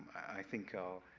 i think are